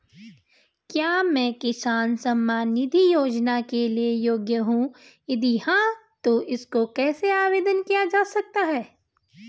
क्या मैं किसान सम्मान निधि योजना के लिए योग्य हूँ यदि हाँ तो इसको कैसे आवेदन किया जा सकता है?